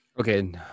Okay